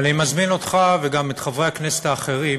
אבל אני מזמין אותך וגם את חברי הכנסת האחרים